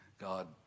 God